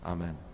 Amen